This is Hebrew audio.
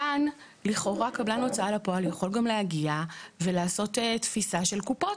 כאן לכאורה קבלן הוצאה לפועל יכול גם להגיע ולעשות תפיסה של קופות.